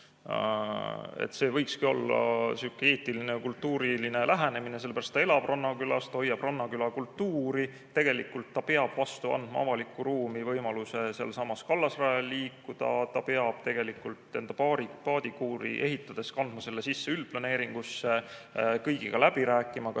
See võikski olla sihuke eetiline ja kultuuriline lähenemine, sellepärast, et ta elab rannakülas, ta hoiab rannaküla kultuuri, tegelikult ta peab vastu andma avalikku ruumi võimaluse sealsamas kallasrajal liikuda, ta peab tegelikult enda paadikuuri ehitades kandma selle sisse üldplaneeringusse, ta peab kõigiga läbi rääkima, kas